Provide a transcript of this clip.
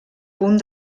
punt